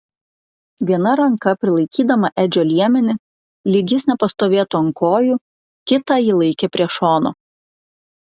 viena ranka prilaikydama edžio liemenį lyg jis nepastovėtų ant kojų kitą ji laikė prie šono